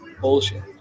Bullshit